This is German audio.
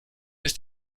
ist